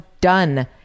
done